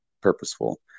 purposeful